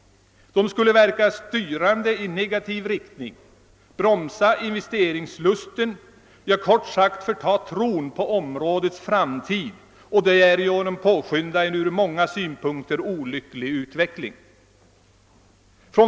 De skulle verka styrande i negativ riktning, bromsa investeringslusten, kort sagt förta tron på områdets framtid och därigenom påskynda en från många synpunkter olycklig utveckling.